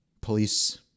police